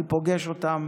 אני פוגש אותם